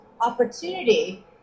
opportunity